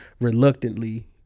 reluctantly